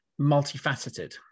multifaceted